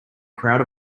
crowd